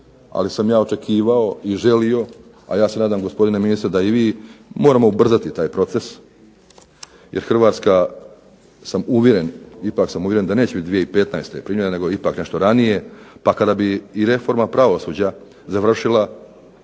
ali sam ja očekivao i želi, a ja se nadam gospodine ministre da i vi, moramo ubrzati taj proces, jer Hrvatska ipak sam uvjeren da neće biti 2015. primljena nego ipak nešto ranije, pa kada bi i reforma pravosuđa završila